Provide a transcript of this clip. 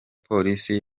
polisi